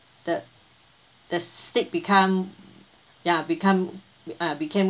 the the steak become ya become uh became